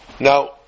Now